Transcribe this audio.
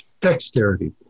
dexterity